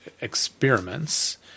experiments